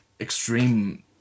extreme